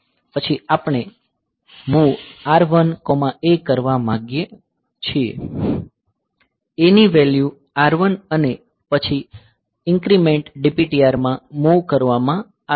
પછી આપણે MOV R1A કરવા માંગીએ છીએ A ની વેલ્યુ R1 અને પછી INC DPTR માં મૂવ કરવામાં આવે છે